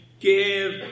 give